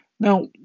Now